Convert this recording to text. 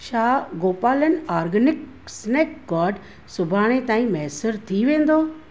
छा गोपालन organic snack गॉड सुभाणे ताईं मुयसरु सर थी वेंदो